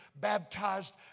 baptized